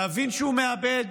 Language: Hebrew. להבין שהוא מאבד